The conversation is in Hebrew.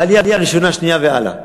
בעלייה ראשונה, שנייה והלאה,